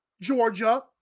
Georgia